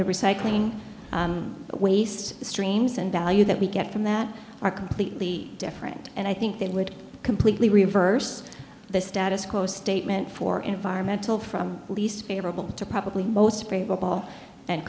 the recycling waste streams and value that we get from that are completely different and i think that would completely reverse the status quo statement for environmental from least favorable to probably most favor